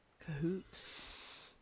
Cahoots